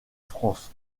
france